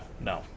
no